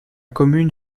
commune